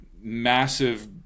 massive